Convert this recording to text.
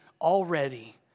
already